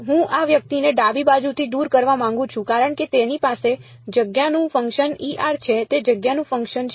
હું આ વ્યક્તિને ડાબી બાજુથી દૂર કરવા માંગુ છું કારણ કે તેની પાસે જગ્યાનું ફંકશન છે તે જગ્યાનું ફંકશન છે